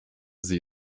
sie